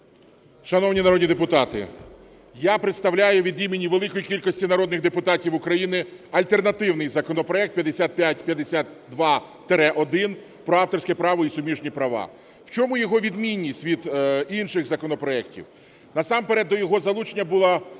Шановні народні депутати, я представляю від імені великої кількості народних депутатів України альтернативний законопроект 5552-1 про авторське право і суміжні права. В чому його відмінність від інших законопроектів? Насамперед до його залучення було...